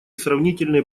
сравнительные